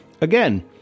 Again